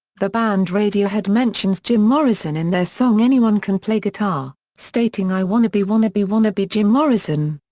the band radiohead mentions jim morrison in their song anyone can play guitar, stating i wanna be wanna be wanna be jim morrison.